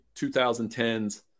2010s